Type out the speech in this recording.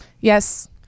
Yes